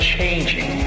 Changing